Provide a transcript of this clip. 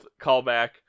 callback